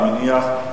אני מניח.